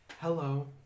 Hello